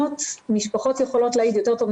או השלכות כאלה או אחרות פוליטיות,